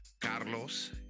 Carlos